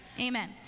Amen